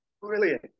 brilliant